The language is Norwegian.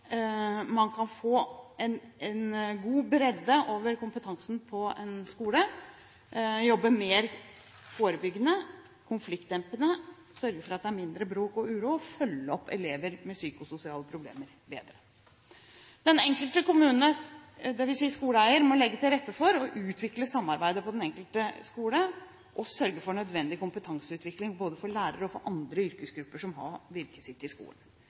man kan få en god bredde over kompetansen på en skole, jobbe mer forebyggende og konfliktdempende, sørge for at det er mindre bråk og uro og følge opp elever med psykososiale problemer bedre. Den enkelte kommene, dvs. skoleeier, må legge til rette for å utvikle samarbeidet på den enkelte skole og sørge for nødvendig kompetanseutvikling både for lærerne og for andre yrkesgrupper som har sitt virke i skolen.